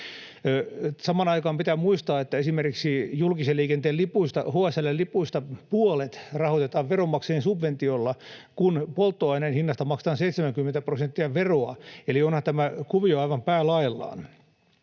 Pitää muistaa, että esimerkiksi julkisen liikenteen lipuista, HSL:n lipuista, puolet rahoitetaan veronmaksajien subventiolla, kun samaan aikaan polttoaineen hinnasta maksetaan 70 prosenttia veroa. Eli onhan tämä kuvio aivan päälaellaan.